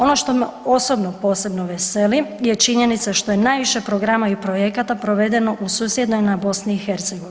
Ono što me osobno posebno veseli je činjenica što je najviše programa i projekata provedeno u susjednoj nam BiH.